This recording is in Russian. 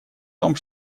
том